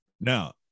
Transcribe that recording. Now